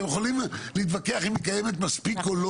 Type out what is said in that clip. אתם יכולים להתווכח אם היא קיימת מספיק או לא,